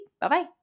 Bye-bye